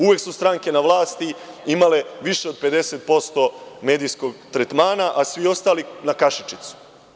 Uvek su stranke na vlasti imale više od 50% medijskog tretmana, a svi ostali na kašičicu.